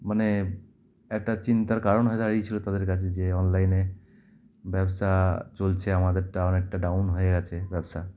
মানে একটা চিন্তার কারণ হয়ে দাঁড়িয়েছিল তাদের কাছে যে অনলাইনে ব্যবসা চলছে আমাদেরটা অনেকটা ডাউন হয়ে গিয়েছে ব্যবসা